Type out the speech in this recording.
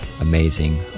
amazing